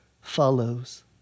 follows